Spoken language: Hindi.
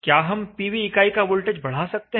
क्या हम पीवी इकाई का वोल्टेज बढ़ा सकते हैं